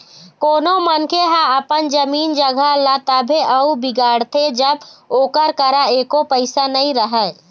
कोनो मनखे ह अपन जमीन जघा ल तभे अउ बिगाड़थे जब ओकर करा एको पइसा नइ रहय